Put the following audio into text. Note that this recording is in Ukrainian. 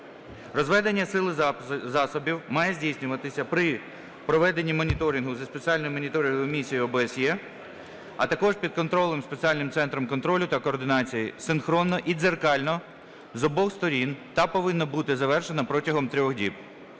Розведення сил і засобів має здійснюватися при проведенні моніторингу зі Спеціальною моніторинговою місією ОБСЄ, а також під контролем Спеціального центру контролю та координації синхронно і дзеркально з обох сторін та повинно бути завершено протягом 3 діб.